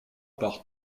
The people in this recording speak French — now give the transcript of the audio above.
par